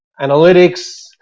Analytics